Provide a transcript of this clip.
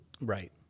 Right